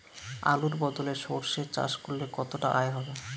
আলুর বদলে সরষে চাষ করলে কতটা আয় হবে?